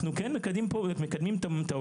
אנחנו כן מקדמים את העולים.